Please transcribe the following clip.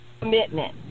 commitment